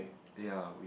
ya with